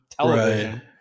television